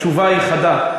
התשובה היא חדה.